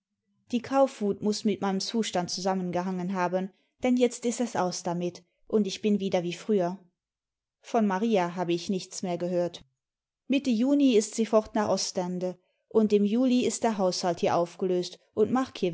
die kaufwut muß mit meinem zustand zusammengehangen haben denn jetzt ist es aus damit und ich bin wieder wie früher von maria habe ich nichts mehr gehört mitte juni ist sie fort nach ostende und im juli ist der haushalt hier aufgelöst und